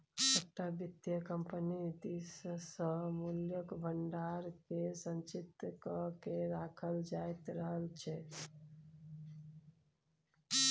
सभटा वित्तीय कम्पनी दिससँ मूल्यक भंडारकेँ संचित क कए राखल जाइत रहल छै